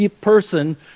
person